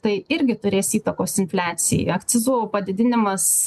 tai irgi turės įtakos infliacijai akcizų padidinimas